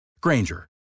Granger